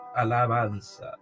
Alabanza